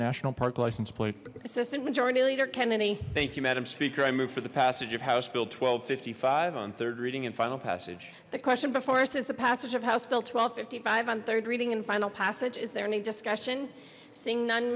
national park license plate assistant majority leader kennedy thank you madam speaker i move for the passage of house bill twelve fifty five on third reading and final passage the question before us is the passage of house bill twelve fifty five on third reading and final passage is there any discussion seeing none